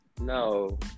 No